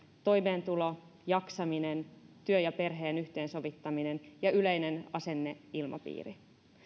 toimeentulo jaksaminen työn ja perheen yhteensovittaminen ja yleinen asenneilmapiiri